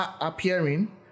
appearing